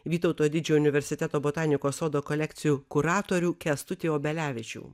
vytauto didžiojo universiteto botanikos sodo kolekcijų kuratorių kęstutį obelevičių